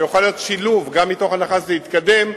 שיכול להיות שילוב, גם מתוך הנחה שזה יתקדם,